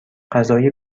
غذای